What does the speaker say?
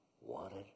wanted